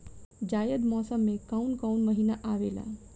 जायद मौसम में काउन काउन महीना आवेला?